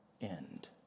end